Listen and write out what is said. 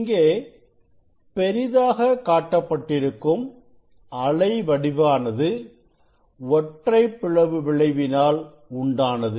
இங்கே பெரிதாக காட்டப்பட்டிருக்கும் அலை வடிவமானது ஒற்றைப் பிளவு விளைவினால் உண்டானது